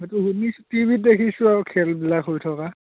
সেইটো শুনিছোঁ টি ভিত দেখিছোঁ আৰু খেলবিলাক হৈ থকা